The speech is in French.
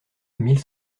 mille